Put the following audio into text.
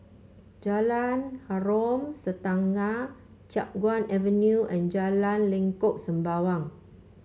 Jalan Harom Setangkai Chiap Guan Avenue and Jalan Lengkok Sembawang